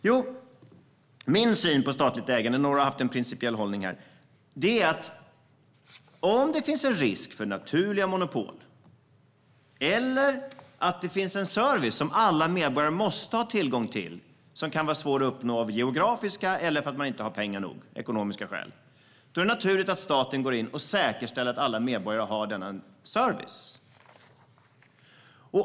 Jo, min syn på statligt ägande - några har haft en principiell hållning här - är att om det finns en risk för naturliga monopol eller om det finns en service som alla medborgare måste ha tillgång till och som kan vara svår att uppnå av geografiska skäl eller för att man inte har pengar nog, alltså av ekonomiska skäl, då är det naturligt att staten går in och säkerställer att alla medborgare har denna service.